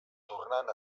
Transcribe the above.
tornant